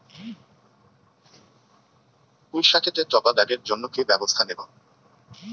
পুই শাকেতে টপা দাগের জন্য কি ব্যবস্থা নেব?